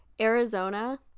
Arizona